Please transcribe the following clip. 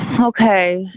Okay